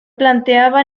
planteaba